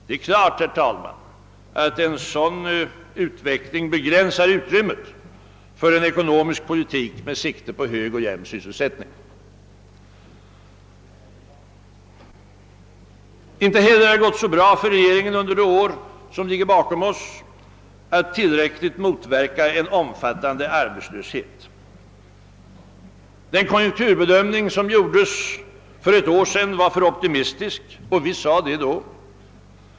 Det är klart att en sådan utveckling begränsar utrymmet för en ekonomisk politik med syfte på en hög och jämn sysselsättning. Inte heller har det gått så bra för regeringen under det år som ligger bakom oss att tillfälligt motverka en omfattande arbetslöshet. Den konjunkturbedömning som gjordes för ett år sedan var för optimistisk, vilket vi då också påpekade.